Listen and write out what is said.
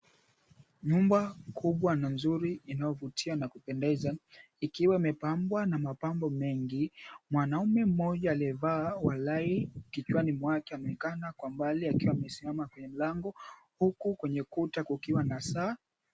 Nyumba kubwa na nzuri inayovutia na kupendeza ikiwa imepambwa na mapambo mengi, mwanaume mmoja aliyevaa walai kichwani mwake amekana kwa mbali akiwa amesimama kwenye mlango huku kwenye ukuta kukiwa na saa.